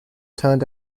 turned